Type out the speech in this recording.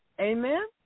Amen